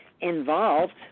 involved